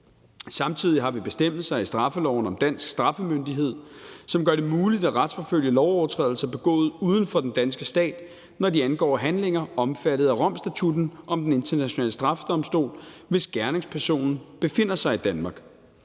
Samtidig har vi bestemmelser i straffeloven om dansk straffemyndighed, som gør det muligt at retsforfølge lovovertrædelser begået uden for den danske stat, når de angår handlinger omfattet af Romstatutten og Den Internationale Straffedomstol, hvis gerningspersonen befinder sig i Danmark.